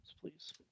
please